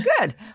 Good